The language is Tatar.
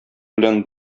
белән